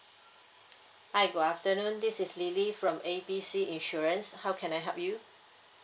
hi good afternoon this is lily from A B C insurance how can I help you